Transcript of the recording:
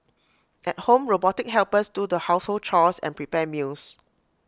at home robotic helpers do the household chores and prepare meals